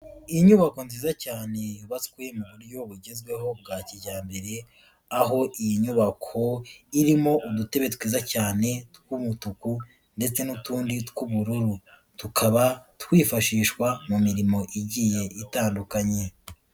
Inyubako nziza cyane yubatswe mu buryo bugezweho bwa kijyambere, aho iyi nyubako irimo udutebe twiza cyane tw'umutuku ndetse n'utundi tw'ubururu, tukaba twifashishwa mu mirimo igiye itandukanye.